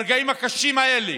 ברגעים הקשים האלה